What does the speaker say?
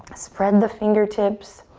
spread the fingertips.